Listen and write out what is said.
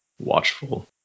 watchful